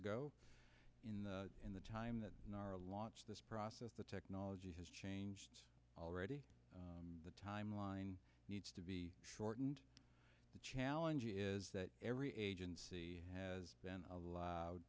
ago in the in the time that we are launched this process the technology has changed already the timeline needs to be shortened the challenge is that every agency has been allowed